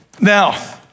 Now